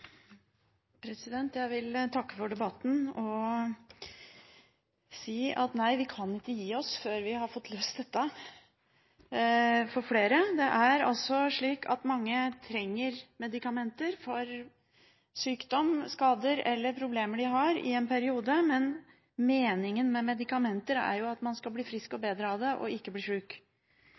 Jeg vil takke for debatten og si: Nei, vi kan ikke gi oss før vi har løst dette for flere. Mange trenger medikamenter for sykdom, skader eller problemer de har, i en periode, men meningen med medikamenter er jo at man skal bli frisk og bedre av dem – ikke